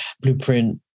Blueprint